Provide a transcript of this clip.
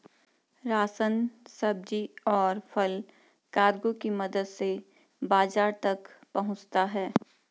ration, सब्जी, और फल कार्गो की मदद से बाजार तक पहुंचता है